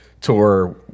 tour